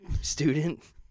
student